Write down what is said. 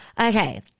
Okay